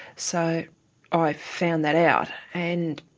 so i found that out, and